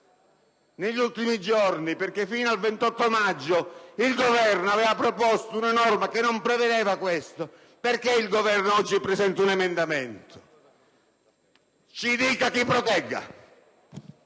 negli ultimi giorni, perché fino al 28 maggio il Governo aveva proposto un testo che non prevedeva questo. Perché il Governo oggi presenta un emendamento? Ci dica chi protegge!